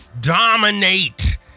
dominate